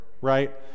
right